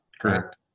Correct